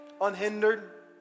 Unhindered